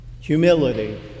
Humility